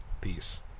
Peace